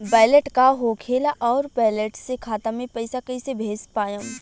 Wallet का होखेला और वैलेट से खाता मे पईसा कइसे भेज पाएम?